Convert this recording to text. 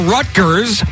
Rutgers